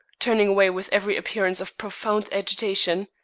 turning away with every appearance of profound agitation.